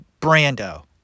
Brando